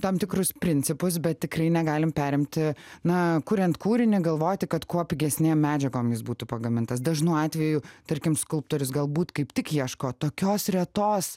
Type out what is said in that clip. tam tikrus principus bet tikrai negalim perimti na kuriant kūrinį galvoti kad kuo pigesni medžiagom jis būtų pagamintas dažnu atveju tarkim skulptorius galbūt kaip tik ieško tokios retos